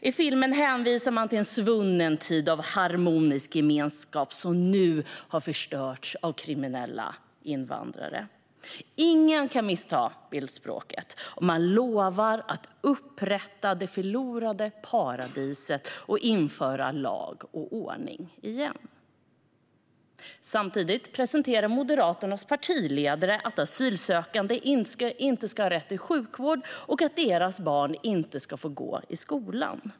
I filmen hänvisar man till en svunnen tid av harmonisk gemenskap som nu har förstörts av kriminella invandrare - ingen kan missta sig på bildspråket - och man lovar att återupprätta det förlorade paradiset och att införa lag och ordning igen. Samtidigt framför Moderaternas partiledare att asylsökande inte ska ha rätt till sjukvård och att deras barn inte ska få gå i skolan.